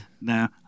now